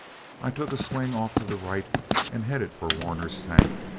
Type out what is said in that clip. i took a swing off to the right and headed for warner's tank.